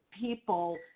people